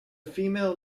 female